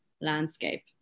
landscape